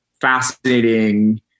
fascinating